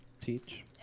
Teach